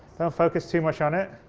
don't focus too much on it.